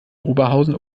oberhausen